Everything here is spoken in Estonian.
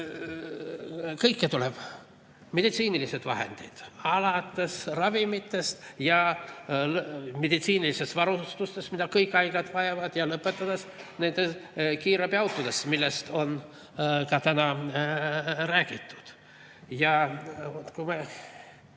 saata]: meditsiinilised vahendid alates ravimitest ja meditsiinivarustusest, mida kõik haiglad vajavad, ja lõpetades nende kiirabiautodega, millest on ka täna räägitud.